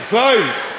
ישראל,